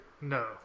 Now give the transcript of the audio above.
No